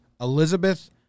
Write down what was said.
Elizabeth